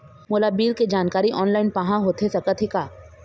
मोला बिल के जानकारी ऑनलाइन पाहां होथे सकत हे का?